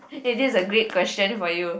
eh this is a great question for you